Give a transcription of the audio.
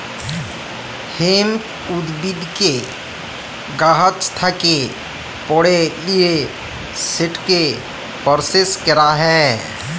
hemp উদ্ভিদকে গাহাচ থ্যাকে পাড়ে লিঁয়ে সেটকে পরসেস ক্যরা হ্যয়